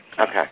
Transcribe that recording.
Okay